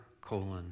colon